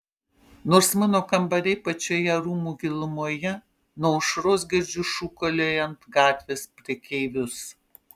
nors mano kambariai pačioje rūmų gilumoje nuo aušros girdžiu šūkaliojant gatvės prekeivius